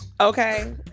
Okay